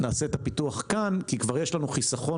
נעשה את הפיתוח כאן כי כבר יש לנו חיסכון